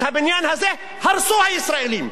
את הבניין הזה הרסו הישראלים.